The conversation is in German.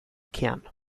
kern